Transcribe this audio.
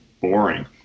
boring